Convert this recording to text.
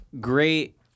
great